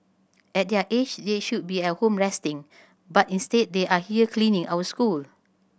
at their age they should be at home resting but instead they are here cleaning our school